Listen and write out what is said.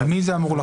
על מי זה אמור לחול?